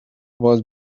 was